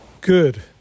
good